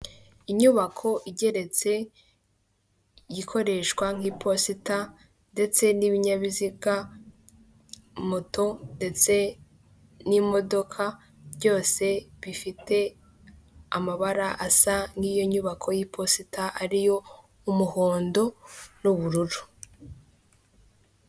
Inyubako igeretse ikoreshwa nk'iposita ndetse n'ibinyabiziga, moto ndetse n'imodoka byose bifite amabara asa n'iyo nyubako y'iposita, ariyo umuhondo n'ubururu.